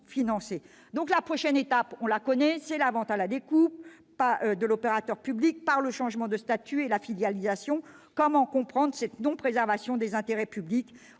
déjà la prochaine étape : préparer la vente à la découpe de l'opérateur public par le changement de statut et la filialisation. Comment comprendre cette non-préservation des intérêts publics ?